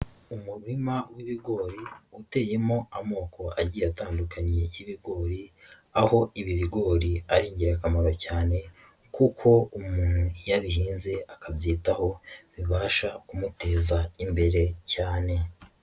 Umurima w'ibigori uteyemo amoko agiye atandukanye y'ibigori, aho ibi bigori ari ingirakamaro cyane kuko umuntu iyo abihinze akabyitaho, bibasha kumuteza imbere cyane.